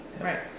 Right